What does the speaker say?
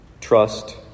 trust